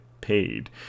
paid